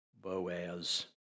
Boaz